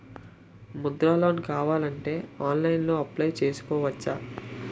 Mudra loan కావాలి అంటే ఆన్లైన్లో అప్లయ్ చేసుకోవచ్చా?